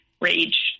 rage